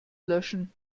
löschen